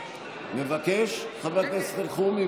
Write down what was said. מבקש, חבר הכנסת אלחרומי?